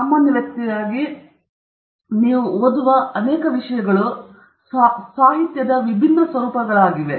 ಸಾಮಾನ್ಯ ವ್ಯಕ್ತಿಯಾಗಿ ನೀವು ಓದುವ ಅನೇಕ ವಿಷಯಗಳು ಸಾಹಿತ್ಯದ ವಿಭಿನ್ನ ಸ್ವರೂಪಗಳಾಗಿವೆ